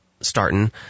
starting